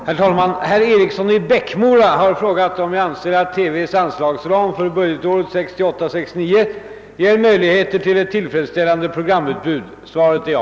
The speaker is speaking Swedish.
Herr talman! Herr Eriksson i Bäckmora har frågat om jag anser att TV:s anslagsram för budgetåret 1968/69 ger möjligheter till ett tillfredsställande programutbud. Svaret är ja.